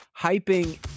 hyping